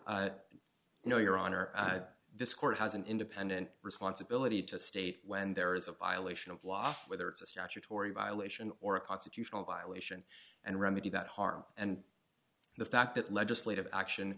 you know your honor this court has an independent responsibility to state when there is a violation of law whether it's a statutory violation or a constitutional violation and remedy that harm and the fact that legislative action